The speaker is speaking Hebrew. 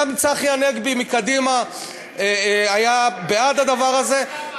גם צחי הנגבי מקדימה היה בעד הדבר הזה,